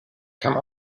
come